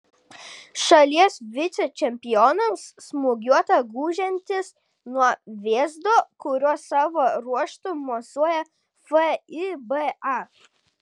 šalies vicečempionams smūgiuota gūžiantis nuo vėzdo kuriuo savo ruožtu mosuoja fiba